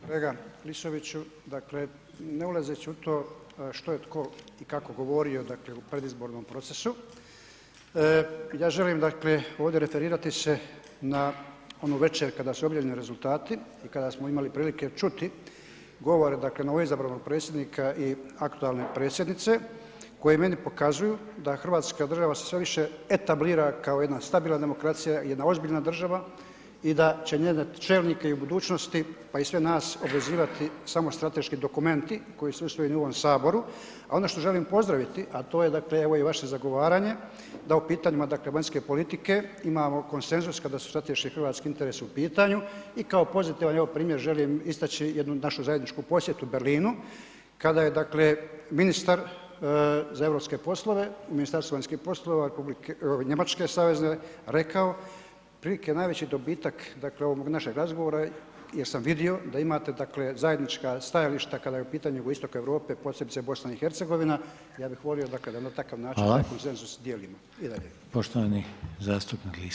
Kolega Klisoviću, dakle ne ulazeći u to što je tko i kako govorio, dakle u predizbornom procesu, ja želim, dakle ovdje referirati se na onu večer kada su objavljeni rezultati i kada smo imali prilike čuti govore, dakle novoizabranog predsjednika i aktualne predsjednice koji meni pokazuju da hrvatska država se sve više etablira kao jedna stabilna demokracija, jedna ozbiljna država i da će njene čelnike i u budućnosti, pa i sve nas obvezivati samo strateški dokumenti koji su usvojeni u ovom Saboru, a ono što želim pozdraviti, a to je dakle evo i vaše zagovaranje da o pitanjima dakle vanjske politike imamo konsenzus kada su strateški hrvatski interesi u pitanju i kao pozitivan evo primjer želim istaći jednu našu zajedničku posjetu Berlinu kada je dakle ministar za europske poslove u Ministarstvu vanjskih poslova republike, Njemačke savezne rekao, otprilike najveći dobitak dakle ovog našeg razgovora jesam vidio da imate dakle zajednička stajališta kada je u pitanju jugoistok Europe, posebice BiH, ja bih volio da kada na takav način [[Upadica: Hvala]] taj konsenzus dijelimo i dalje.